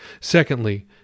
Secondly